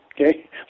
okay